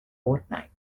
fortnight